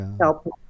help